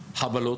חבלות,